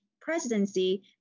presidency